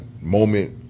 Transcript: moment